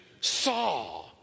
saw